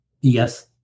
Yes